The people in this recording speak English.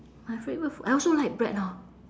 my favourite food I also like bread orh